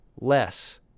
Less